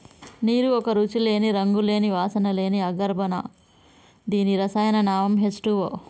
నీరు ఒక రుచి లేని, రంగు లేని, వాసన లేని అకర్బన దీని రసాయన నామం హెచ్ టూవో